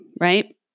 right